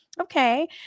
okay